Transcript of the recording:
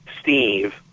Steve